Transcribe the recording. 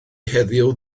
heddiw